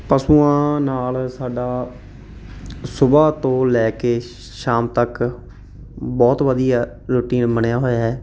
ਪਸ਼ੂਆਂ ਨਾਲ ਸਾਡਾ ਸੁਬਹਾ ਤੋਂ ਲੈ ਕੇ ਸ਼ਾਮ ਤੱਕ ਬਹੁਤ ਵਧੀਆ ਰੁਟੀਨ ਬਣਿਆ ਹੋਇਆ ਹੈ